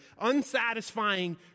unsatisfying